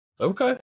okay